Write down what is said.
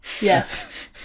yes